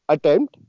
Attempt